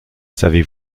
savez